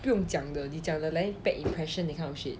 不用讲的你讲了 like bad impression that kind of shit